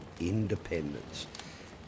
independence